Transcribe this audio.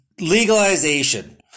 legalization